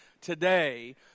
today